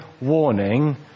warning